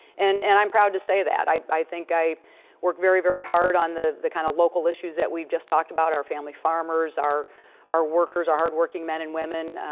and and i'm proud to say that. i i think i work very, very hard on the the kind of local issues that we've just talked about. our family farmers, our our workers, our hardworking men and women,